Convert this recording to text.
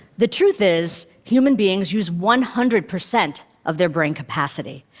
the truth is, human beings use one hundred percent of their brain capacity.